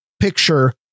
picture